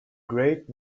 great